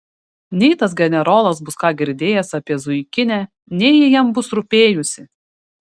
nei tas generolas bus ką girdėjęs apie zuikinę nei ji jam bus rūpėjusi